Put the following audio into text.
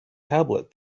tablet